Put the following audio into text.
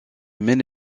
maine